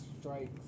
strike